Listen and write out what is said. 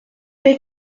les